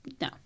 No